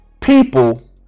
People